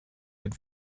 had